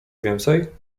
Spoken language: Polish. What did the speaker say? więcej